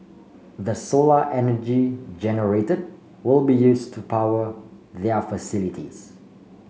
the solar energy generated will be use to power their facilities